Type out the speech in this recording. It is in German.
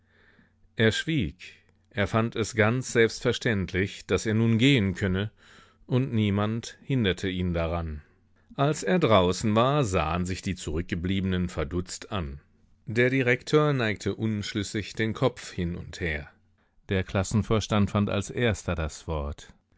er schwieg er fand es ganz selbstverständlich daß er nun gehen könne und niemand hinderte ihn daran als er draußen war sahen sich die zurückgebliebenen verdutzt an der direktor neigte unschlüssig den kopf hin und her der klassenvorstand fand als erster das wort